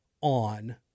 on